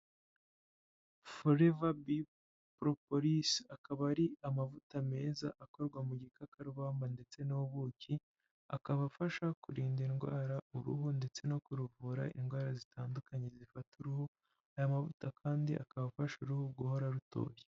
Foreva bi Poroporisi, akaba ari amavuta meza, akorwa mu gikakarubamba ndetse n'ubuki, akaba afasha kurinda indwara uruhu, ndetse no kuruvura indwara zitandukanye zifata uruhu, aya mavuta kandi akaba afasha uruhu guhora rutoshye.